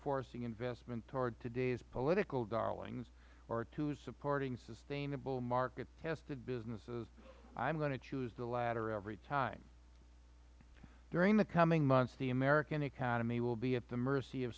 forcing investment toward today's political darlings or two supporting sustainable market tested businesses i am going to choose the latter every time during the coming months the american economy will be at the mercy of